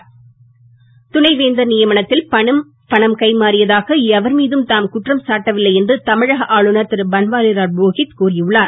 பன்வாரிலால் துணைவேந்தர் நியமனத்தில் பணம் கைமாறியதாக எவர் மீதும் தாம் குற்றம் சாட்டவில்லை என்று தமிழக ஆளுநர் திரு பன்வாரிலால் புரோகித் கூறி உள்ளார்